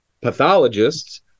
pathologists